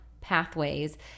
pathways